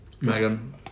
Megan